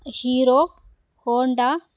Hero Honda